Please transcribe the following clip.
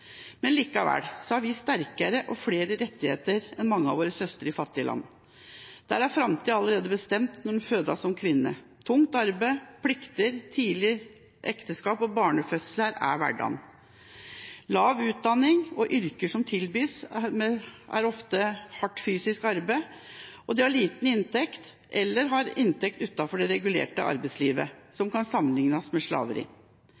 flere rettigheter enn mange av våre søstre i fattige land. Der er framtida allerede bestemt når en fødes som kvinne. Tungt arbeid, plikter, tidlig ekteskap og barnefødsler er hverdagen. Mange har lav utdanning, og yrkene som tilbys dem, er ofte hardt fysisk arbeid. De har liten inntekt eller inntekt utenfor det regulerte arbeidslivet som kan sammenlignes med slaveri.